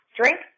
Drink